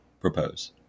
propose